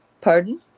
Pardon